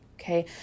Okay